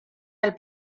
del